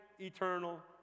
eternal